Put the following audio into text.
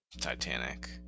titanic